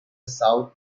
south